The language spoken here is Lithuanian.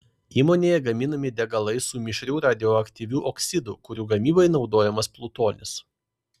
įmonėje gaminami degalai su mišriu radioaktyviu oksidu kurių gamybai naudojamas plutonis